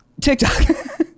TikTok